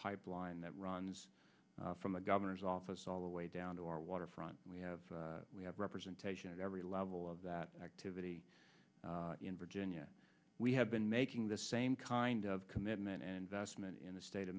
pipeline that runs from the governor's office all the way down to our waterfront we have we have representation at every level of that activity in virginia we have been making the same kind of commitment and investment in the state of